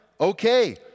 okay